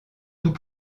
tout